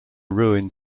ruined